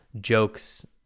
jokes